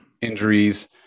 injuries